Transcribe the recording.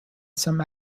some